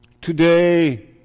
Today